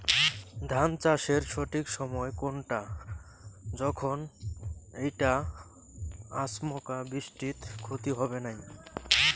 ধান চাষের সঠিক সময় কুনটা যখন এইটা আচমকা বৃষ্টিত ক্ষতি হবে নাই?